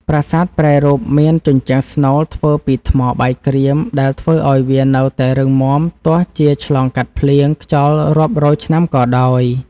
ប្រាសាទប្រែរូបមានជញ្ជាំងស្នូលធ្វើពីថ្មបាយក្រៀមដែលធ្វើឱ្យវានៅតែរឹងមាំទោះជាឆ្លងកាត់ភ្លៀងខ្យល់រាប់រយឆ្នាំក៏ដោយ។